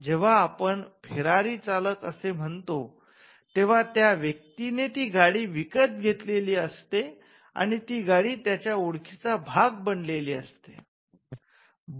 जेंव्हा आपण 'फेरारी चालक' असे म्हणतो तेंव्हा त्या व्यक्ती ने ती गाडी विकत घेतलेली असते आणि ती गाडी त्याच्या वस्तू वापरून प्रतिमावर्धन किंवा प्रतिमा जपण्याचा ओळखीचा भाग बनलेली असते